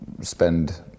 spend